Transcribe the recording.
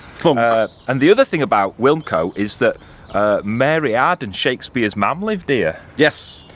thunk? and the other thing about wilmcote is that mary arden, shakespeare's mam lived here. yes.